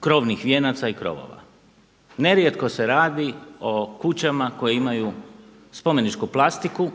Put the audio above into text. krovnih vijenaca i krovova. Nerijetko se radi o kućama koje imaju spomeničku plastiku